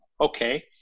Okay